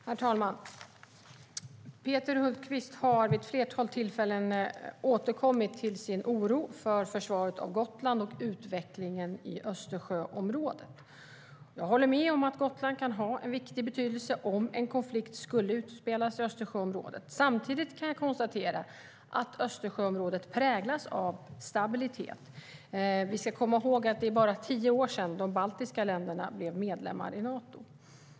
Herr talman! Peter Hultqvist har vid ett flertal tillfällen återkommit till sin oro för försvaret av Gotland och utvecklingen i Östersjöområdet. Jag håller med om att Gotland kan ha en viktig betydelse om en konflikt skulle utspelas i Östersjöområdet. Samtidigt kan jag konstatera att Östersjöområdet präglas av stabilitet. Vi ska komma ihåg att det bara är tio år sedan de baltiska länderna blev medlemmar i Nato.